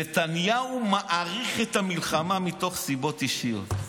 נתניהו מאריך את המלחמה מתוך סיבות אישיות.